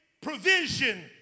provision